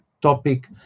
topic